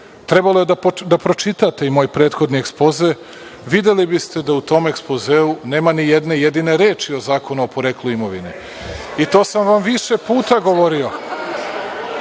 Trebalo je da pročitate i moj prethodni Ekspoze. Videli biste da u tom Ekspozeu nema ni jedne jedine reči o Zakonu o poreklu imovine, i to sam vam više puta govorio. Hajde,